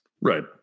Right